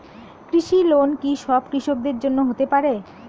কৃষি লোন কি সব কৃষকদের জন্য হতে পারে?